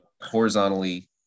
horizontally